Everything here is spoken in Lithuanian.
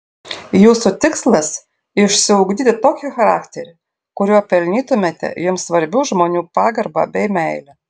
jūsų tikslas išsiugdyti tokį charakterį kuriuo pelnytumėte jums svarbių žmonių pagarbą bei meilę